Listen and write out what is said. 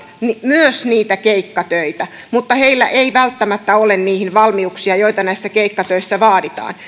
myös niitä keikkatöitä mutta heillä ei välttämättä ole niihin valmiuksia joita näissä keikkatöissä vaaditaan